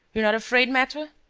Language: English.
you're not afraid, maitre?